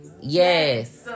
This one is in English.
yes